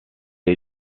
est